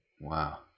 Wow